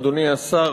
אדוני השר,